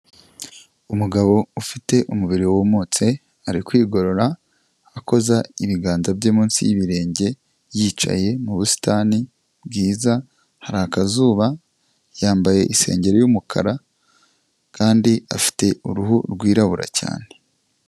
Umugabo ufite umubiri w'umutse ari kwigorora akoza ibiganza bye munsi y'ibirenge, yicaye mu busitani bwiza, hari akazuba, yambaye isengeri y'umukara kandi afite uruhu rwirabura cyane.